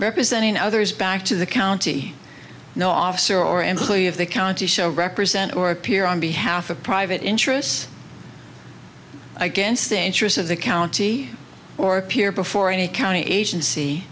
representing others back to the county no officer or employee of the county show represent or appear on behalf of private interests against the interests of the county or appear before any county agency